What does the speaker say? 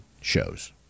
shows